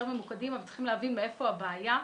ממוקדים אבל צריכים להבין מאיפה הבעיה.